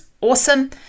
awesome